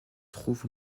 trouve